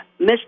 Mr